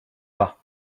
pas